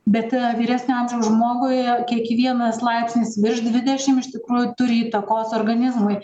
bet vyresnio amžiaus žmogui kiekvienas laipsnis virš dvidešimt iš tikrųjų turi įtakos organizmui